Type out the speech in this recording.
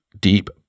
deep